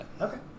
okay